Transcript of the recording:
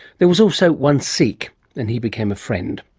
there was also one sikh and he became a friend.